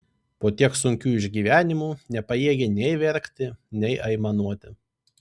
po tiek sunkių išgyvenimų nepajėgė nei verkti nei aimanuoti